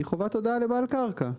היא חובת הודעה לבעל קרקע.